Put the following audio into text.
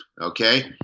Okay